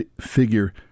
figure